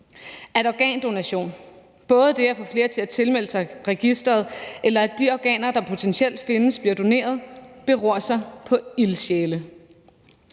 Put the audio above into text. nu. Organdonation – både det at få flere til at tilmelde sig registeret, og at de organer, der potentielt findes, bliver doneret – beror på ildsjæle.